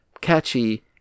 catchy